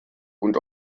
und